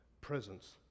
presence